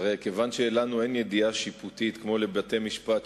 כיוון שלנו אין ידיעה שיפוטית כמו לבתי-משפט,